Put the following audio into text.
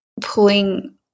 pulling